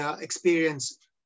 experience